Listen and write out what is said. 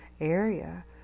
area